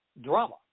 drama